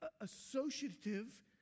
Associative